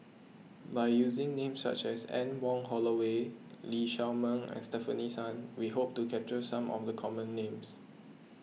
by using names such as Anne Wong Holloway Lee Shao Meng and Stefanie Sun we hope to capture some of the common names